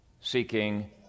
seeking